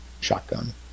shotgun